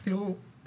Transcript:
תראו,